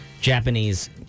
Japanese